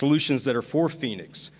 solutions that are for phoenix,